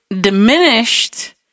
diminished